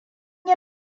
yi